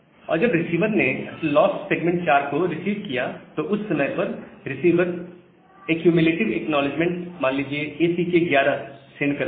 और जब रिसीवर ने लॉस्ट सेगमेंट 4 को रिसीव किया तो उस समय पर रिसीवर ऐक्युम्युलेटिव एक्नॉलेजमेंट मान लीजिए ACK 11 सेंड करता है